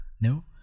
no